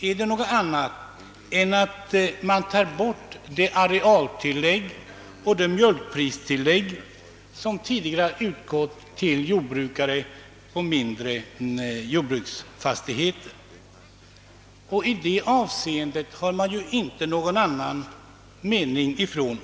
Gör man något annat än att ta bort de arealtillägg och det mjölkpristillägg som tidigare utgått tilljordbrukare på mindre jordbruksfastigheter? I detta avseende har inte oppositionen någon annan mening.